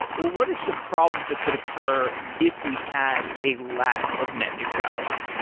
what what are some problems that could occur if we had a lack of net neutrality?